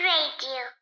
Radio